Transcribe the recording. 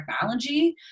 technology